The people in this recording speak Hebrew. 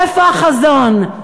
איפה החזון?